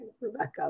Rebecca